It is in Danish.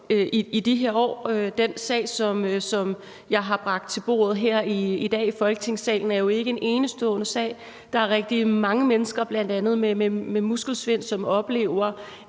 i de her år. Den sag, som jeg har bragt til bordet her i dag i Folketingssalen er jo ikke en enestående sag. Der er rigtig mange mennesker, bl.a. mennesker med muskelsvind, som i de her